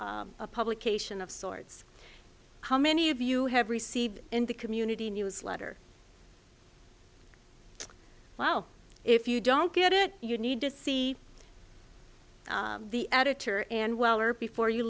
a publication of sorts how many of you have received in the community news letter well if you don't get it you need to see the editor and well or before you